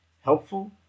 helpful